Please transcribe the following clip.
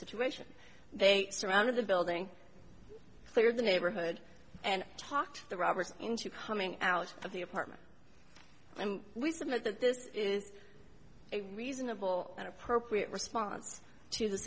situation they surrounded the building clear the neighborhood and talked the robbers into coming out of the apartment and we submit that this is a reasonable and appropriate response to the